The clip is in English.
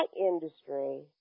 industry